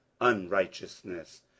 unrighteousness